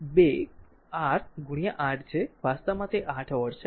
તેથી i એ 1 1 2 R 8 છે વાસ્તવમાં તે 8 વોટ છે